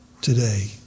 today